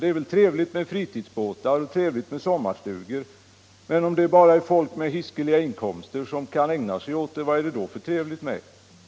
Det är väl trevligt med fritidsbåtar och sommarstugor, men om det bara är folk med hiskeliga inkomster som kan ha nöje av sådana ting, vad är det då för trevligt med dem?